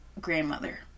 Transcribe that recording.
grandmother